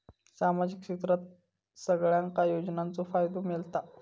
सामाजिक क्षेत्रात सगल्यांका योजनाचो फायदो मेलता?